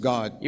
God